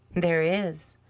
there is.